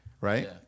right